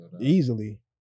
easily